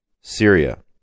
Syria